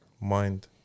Mind